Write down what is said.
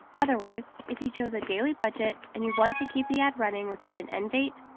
otherwise, if you chose a daily budget and you want to keep the ad running without an end date,